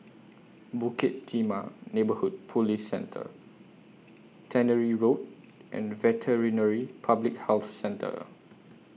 Bukit Timah Neighbourhood Police Centre Tannery Road and Veterinary Public Health Centre